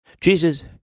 Jesus